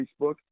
Facebook